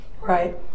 Right